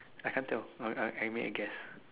I can't tell I I mean I guess